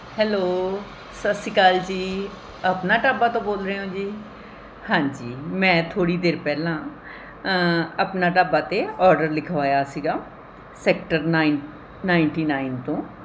hello ਸਤਿ ਸ਼੍ਰੀ ਅਕਾਲ ਜੀ ਆਪਣਾ ਢਾਬਾ ਤੋਂ ਬੋਲ ਰਹੇ ਹੋ ਜੀ ਹਾਂਜੀ ਮੈਂ ਥੋੜ੍ਹੀ ਦੇਰ ਪਹਿਲਾਂ ਆਪਣਾ ਢਾਬਾ 'ਤੇ ਔਡਰ ਲਿਖਵਾਇਆ ਸੀਗਾ ਸੈਕਟਰ ਨਾਈਨ ਨਾਈਟੀ ਨਾਈਨ ਤੋਂ